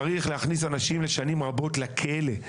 צריך להכניס אנשים לשנים רבות לכלא.